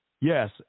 Yes